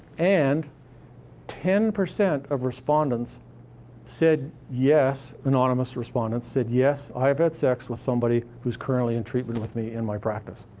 and ten percent of respondents said yes anonymous respondents, said, yes, i have had sex with somebody who's currently in treatment with me in my practice.